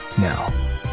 now